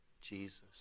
Jesus